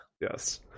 yes